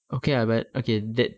okay lah but okay that